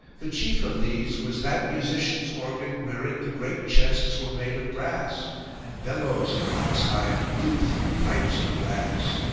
the chief of these was that musicians' organ, wherein the great chests were made of brass and bellows of ox-hide blew through pipes of brass,